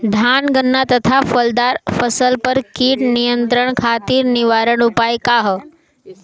धान गन्ना तथा फलदार फसल पर कीट नियंत्रण खातीर निवारण उपाय का ह?